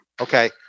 okay